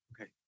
Okay